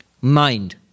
mind